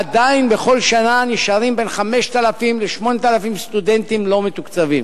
בכל שנה עדיין נשארים בין 5,000 ל-8,000 סטודנטים לא מתוקצבים.